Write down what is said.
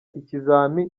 ikizami